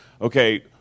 okay